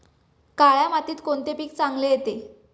काळ्या मातीत कोणते पीक चांगले येते?